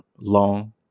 long